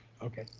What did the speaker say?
okay.